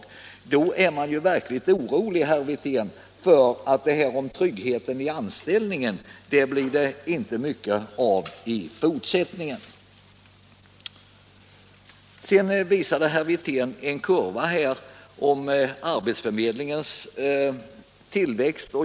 I så fall är jag verkligen orolig, herr Wirtén. Då blir det i fortsättningen inte mycket av tryggheten i anställningen. Herr "Wirtén. visade en kurva över arbetsförmedlingens tillväxt.